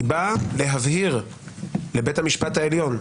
היא באה להבהיר לבית המשפט העליון,